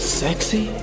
sexy